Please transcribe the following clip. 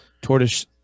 Tortoise